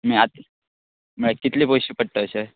माय आत म्हळ्यार कितले पयशे पडटा अशें